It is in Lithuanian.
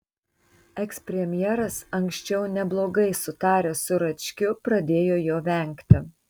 ekspremjeras anksčiau neblogai sutaręs su račkiu pradėjo jo vengti